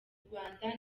rwanda